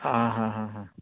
आं हा हा हा